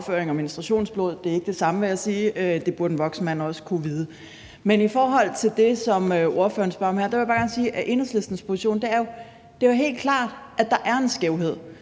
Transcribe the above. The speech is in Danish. Det er ikke det samme, vil jeg sige, og det burde en voksen mand også vide. I forhold til det, som ordføreren spørger om her, vil jeg sige, at Enhedslistens position er, at det er helt klart, at der er en skævhed.